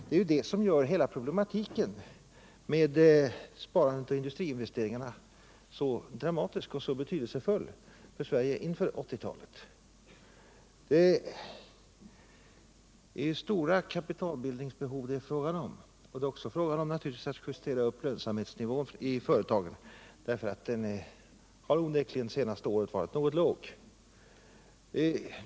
Det är ju detta som gör hela problematiken med sparandet och industriinvesteringarna så dramatisk och så betydelsefull för Sverige inför 1980-talet. Det är fråga om stora kapitalbildningsbehov, och det är naturligtvis också fråga om att justera upp lönsamhetsnivån i företagen, därför att denna under de senaste åren onekligen har varit något låg.